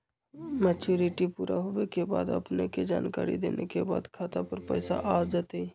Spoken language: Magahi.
मैच्युरिटी पुरा होवे के बाद अपने के जानकारी देने के बाद खाता पर पैसा आ जतई?